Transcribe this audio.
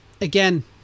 again